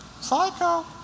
Psycho